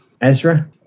Ezra